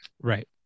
Right